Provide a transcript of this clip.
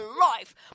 life